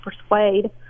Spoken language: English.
persuade